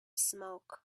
smoke